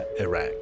Iraq